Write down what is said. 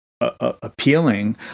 appealing